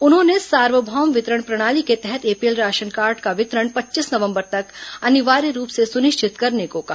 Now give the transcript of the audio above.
उन्होंने सार्वभौम वितरण प्रणाली के तहत एपीएल राशन कार्ड का वितरण पच्चीस नवंबर तक अनिवार्य रूप से सुनिश्चित करने को कहा